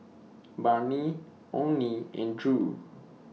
Barnie Onie and Drew